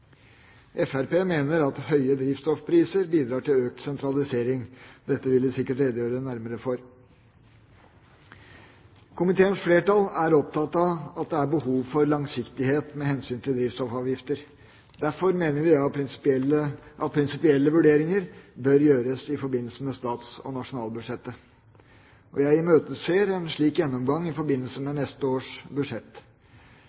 Fremskrittspartiet mener at høye drivstoffpriser bidrar til økt sentralisering. Dette vil de sikkert redegjøre nærmere for. Komiteens flertall er opptatt av at det er behov for langsiktighet med hensyn til drivstoffavgifter. Derfor mener vi at prinsipielle vurderinger bør gjøres i forbindelse med stats- og nasjonalbudsjettet. Jeg imøteser en slik gjennomgang i forbindelse med